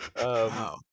Wow